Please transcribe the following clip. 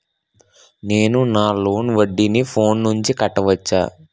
నేను నా లోన్ వడ్డీని ఫోన్ నుంచి కట్టవచ్చా?